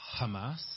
Hamas